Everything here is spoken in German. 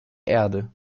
erde